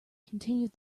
continued